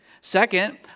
Second